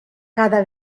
cada